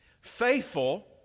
Faithful